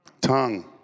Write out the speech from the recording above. tongue